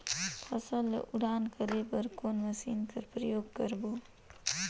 फसल ल उड़ान करे बर कोन मशीन कर प्रयोग करबो ग?